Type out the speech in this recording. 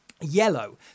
yellow